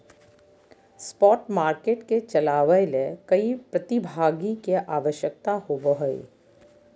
spot market के चलावय ले कई प्रतिभागी के आवश्यकता होबो हइ